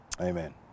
amen